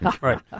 Right